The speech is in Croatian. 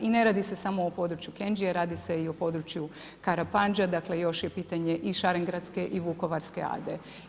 I ne radi se samo o području Kenđije, radi se i o području … dakle, još je pitanje i Šarengradske i Vukovarske ade.